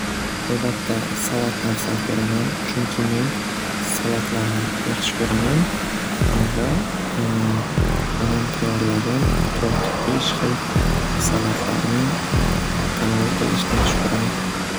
Albatta salatni afzal ko'raman chunki men salatlarni yaxshi ko'raman va onam tayorlagan to'rt besh hil salatlarni tanovul qilishni yaxshi ko'raman.